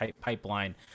pipeline